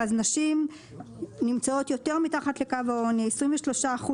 אז נשים נמצאות יותר מתחת לקו העוני - 23%